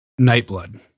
Nightblood